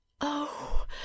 Oh